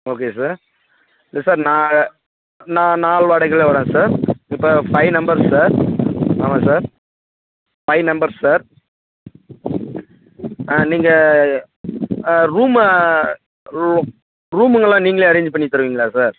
okay sir இல்லை sir நான் நான் நாள் வாடகைக்குள்ளே வரேன் சார் இப்போ ஃபைவ் நெம்பெர்ஸ் சார் ஆமாம் சார் ஃபைவ் நெம்பெர்ஸ் நீங்கள் ரூமு ரூம் ரூமுங்கெல்லாம் நீங்களே அரேஞ் பண்ணித் தருவீங்களா சார்